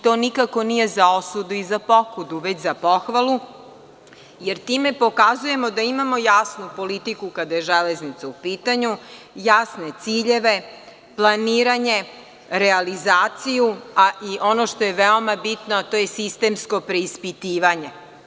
To nikako nije za osudu i za pokudu, već za pohvalu, jer time pokazujemo da imamo jasnu politiku kada je železnica u pitanju, jasne ciljeve, planiranje, realizaciju, a i ono što je veoma bitno, a to je sistemsko preispitivanje.